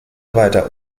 weiter